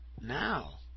now